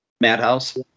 Madhouse